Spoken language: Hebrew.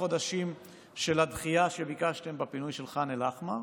החודשים של הדחייה שביקשתם בפינוי של ח'אן אל-אחמר,